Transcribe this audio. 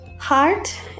Heart